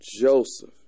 Joseph